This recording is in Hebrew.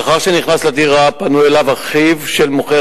לאחר שנכנס לדירה פנו אליו אחיו של מוכר